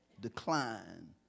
decline